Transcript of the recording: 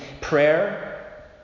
Prayer